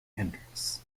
hendrix